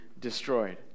destroyed